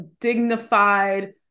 dignified